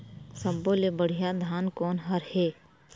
सब्बो ले बढ़िया धान कोन हर हे?